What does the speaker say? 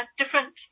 different